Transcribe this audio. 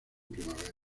primavera